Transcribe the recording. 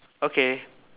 okay